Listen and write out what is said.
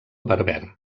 berber